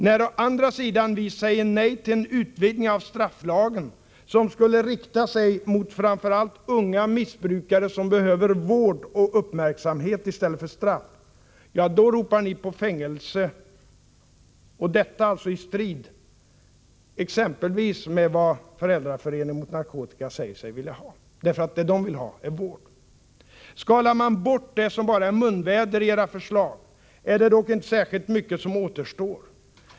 När å andra sidan vi säger nej till en utvidgning av strafflagen, som skulle rikta sig mot framför allt unga missbrukare som behöver vård och uppmärksamhet i stället för straff, ja, då ropar ni på fängelse — detta alltså i strid med vad exempelvis Föräldraföreningen mot narkotika säger sig vilja ha, därför att det föräldrarna vill ha är vård. Skalar man bort det som bara är munväder i era förslag är det dock inte särskilt mycket som återstår.